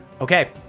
Okay